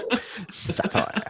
Satire